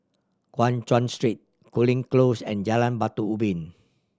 Guan Chuan Street Cooling Close and Jalan Batu Ubin